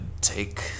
take